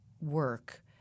work